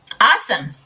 Awesome